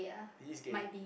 he is gay